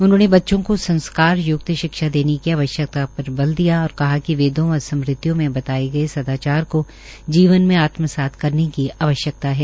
उन्होंने बच्चों को संस्कारय्क्त शिक्षा देने की आवश्यकता पर बल दिया और कहा कि वेदों व स्मृतियों में बताए गए सदाचार को जीवन में आत्मसात करने की आवश्यकता है